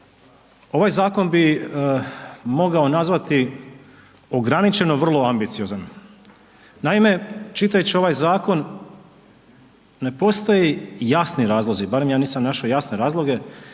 Ovaj zakon bi mogao nazvati ograničeno vrlo ambiciozan. Naime, čitajući ovaj zakon ne postoji jasni razlozi, barem ja nisam našao jasne razloge